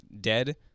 dead